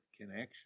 connection